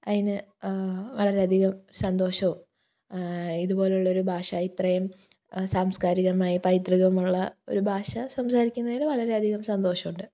അതിന് വളരെയധികം സന്തോഷവും ഇതുപോലുള്ളൊരു ഭാഷ ഇത്രയും സാംസ്കാരികമായി പൈതൃകമുള്ള ഒരു ഭാഷ സംസാരിക്കുന്നതിൽ വളരെ അധികം സന്തോഷമുണ്ട്